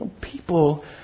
People